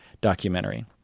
documentary